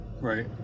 Right